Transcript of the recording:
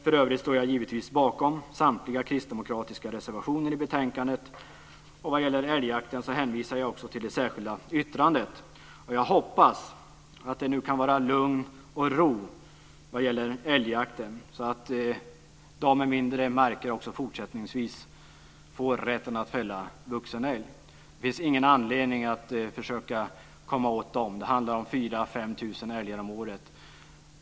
För övrigt står jag givetvis bakom samtliga kristdemokratiska reservationer till betänkandet. Vad gäller älgjakten hänvisar jag till det särskilda yttrandet. Jag hoppas att det nu kan bli lugn och ro vad gäller älgjakten, så att de med mindre marker också fortsättningsvis får rätten att fälla vuxen älg. Det finns ingen anledning att försöka komma åt dem. Det handlar om 4 000-5 000 älgar om året.